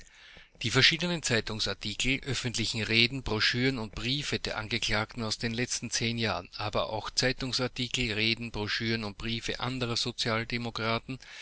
die verschiedenen zeitungsartikel öffentliche reden broschüren und briefe der angeklagten aus den letzten zehn jahren aber auch zeitungsartikel reden broschüren und briefe anderer sozialdemokraten